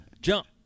jump